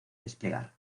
desplegar